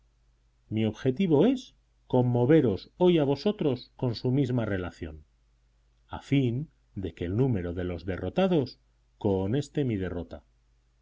mi objeto es conmoveros hoy a vosotros con su misma relación a fin de que el número de los derrotados cohoneste mi derrota